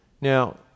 Now